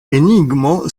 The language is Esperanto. enigmo